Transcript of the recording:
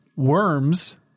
Worms